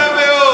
יפה מאוד.